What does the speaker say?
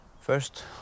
First